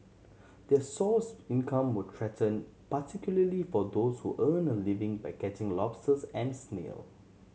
their source income were threaten particularly for those who earn a living by catching lobsters and snail